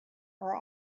are